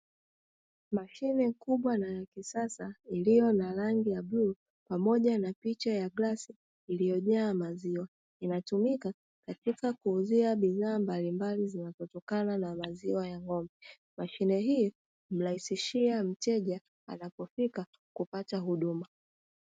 Mashine kubwa na ya kisasa iliyo na rangi ya bluu pamoja na picha ya bilauri iliyojaa maziwa, inatumika katika kuuzia bidhaa mbalimbali zinazotokana na maziwa ya ng'ombe. Mashine hii humrahisishia mteja anapofika kupata huduma.